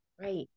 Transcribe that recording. Right